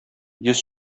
йөз